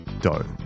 dough